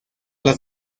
las